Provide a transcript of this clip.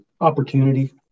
Opportunity